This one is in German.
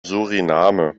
suriname